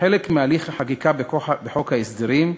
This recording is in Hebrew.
כחלק מהליך החקיקה בחוק ההסדרים,